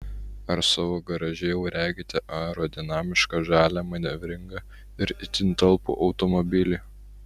ar savo garaže jau regite aerodinamišką žalią manevringą ir itin talpų automobilį